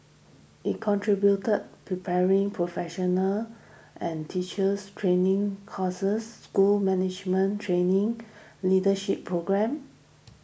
it contributor preparing to professionals and teachers training courses school management training leadership programmes